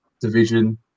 division